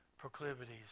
Proclivities